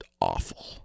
awful